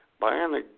Bionic